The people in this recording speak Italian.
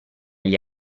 gli